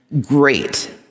great